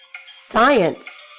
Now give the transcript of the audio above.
Science